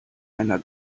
einer